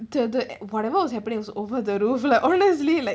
the the whatever was happening was over the roof lah honestly like